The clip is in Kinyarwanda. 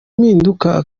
mpinduka